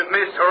Miss